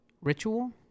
ritual